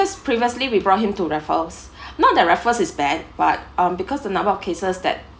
previously we brought him to raffles not the raffles is bad but um because the number of cases that